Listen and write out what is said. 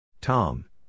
Tom